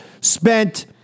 spent